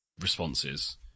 responses